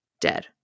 dead